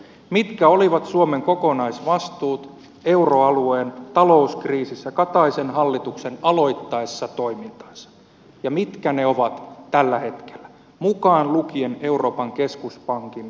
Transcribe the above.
mitkä olivat suomen kokonaisvastuut euroalueen talouskriisissä kataisen hallituksen aloittaessa toimintansa ja mitkä ne ovat tällä hetkellä mukaan lukien euroopan keskuspankin riskit